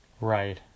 Right